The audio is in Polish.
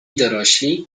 dorośli